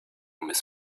miss